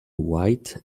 white